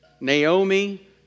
Naomi